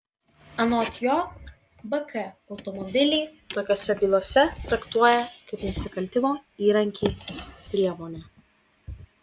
anot jo bk automobilį tokiose bylose traktuoja kaip nusikaltimo įrankį priemonę